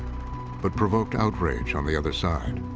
but provoked outrage on the other side.